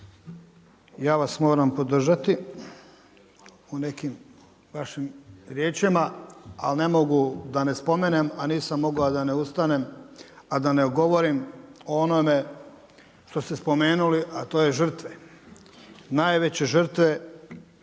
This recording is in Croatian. ja vas moram podržati u nekom vašim riječima ali ne mogu da ne spomenem a nisam mogao da ne ustanem, a da ne govorim o onome što se spomenuli a to je žrtve. Najveće žrtve